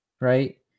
right